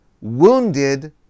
wounded